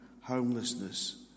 homelessness